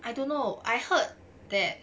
I don't know I heard that